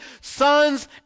sons